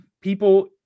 people